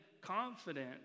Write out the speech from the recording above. confident